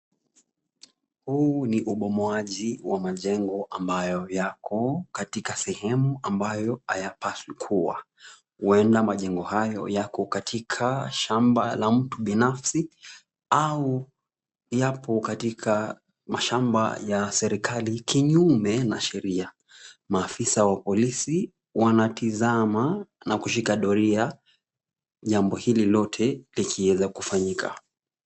Huu ni ubomoaji wa majengo ambayo yako katika sehemu ambayo hayapaswi kuwa. Huenda majengo hayo yako katika shamba la mtu binafsi au yapo katika mashamba ya serikali kinyume na sheria. Maafisa wa polisi wanatizama na kushika doria jambo hili lote likiweza kufanyika.